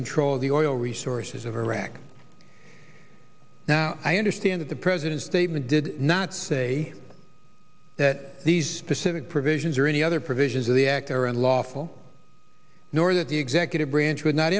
control of the oil resources of iraq now i understand the president's statement did not say that these specific provisions or any other provisions of the act or unlawful nor that the executive branch would not